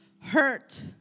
hurt